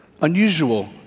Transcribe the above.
unusual